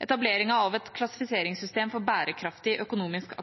Etableringen av et klassifiseringssystem for bærekraftig økonomisk